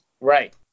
right